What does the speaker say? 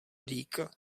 dýka